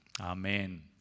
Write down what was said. Amen